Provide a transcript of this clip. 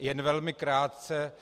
Jen velmi krátce.